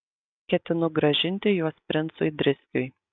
ketinu grąžinti juos princui driskiui